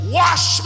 wash